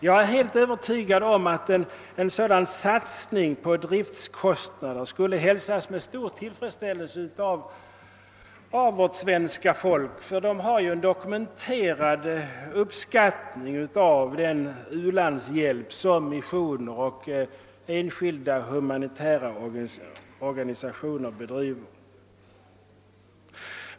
Jag är helt övertygad om att en satsning på dylika driftkostnader skulle hälsas med stor tillfredsstäl lelse av vårt svenska folk, som visat en dokumenterad uppskattning av den ulandshjälp som missionen och enskilda humanitära organisationer bedriver.